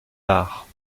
arts